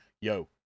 yo